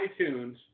iTunes